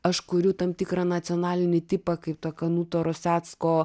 aš kuriu tam tikrą nacionalinį tipą kaip ta kanuto rosecko